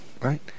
Right